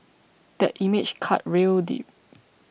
that image cut real deep